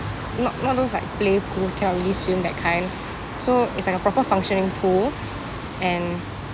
not not those like play pools cannot really swim that kind so it's like a proper functioning pool and